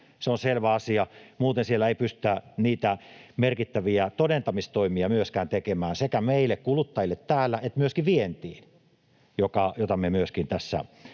se on selvä asia. Muuten siellä ei pystytä myöskään merkittäviä todentamistoimia tekemään, ei meille kuluttajille täällä eikä myöskään vientiin, jota me myöskin tässä